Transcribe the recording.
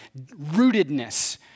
rootedness